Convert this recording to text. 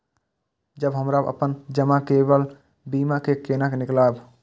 जब हमरा अपन जमा केल बीमा के केना निकालब?